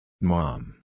Mom